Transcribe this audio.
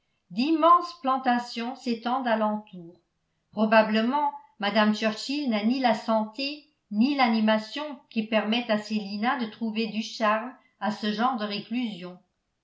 d'immense plantations s'étendent alentour probablement mme churchill n'a ni la santé ni l'animation qui permettent à célina de trouver du charme à ce genre de réclusion